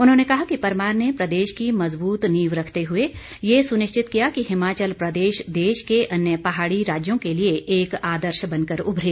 उन्होंने कहा कि परमार ने प्रदेश की मज़बूत नींव रखते हुए ये सुनिश्चित किया कि हिमाचल प्रदेश देश के अन्य पहाड़ी राज्यों के लिए एक आदर्श बनकर उभरे